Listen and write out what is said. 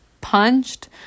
punched